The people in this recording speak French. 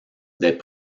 des